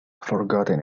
forgotten